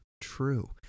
true